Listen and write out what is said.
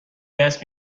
دست